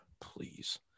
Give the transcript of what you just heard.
please